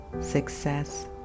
success